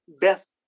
best